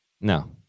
No